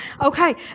Okay